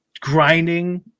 grinding